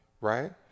right